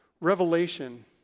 revelation